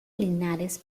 linares